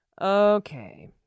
Okay